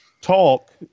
talk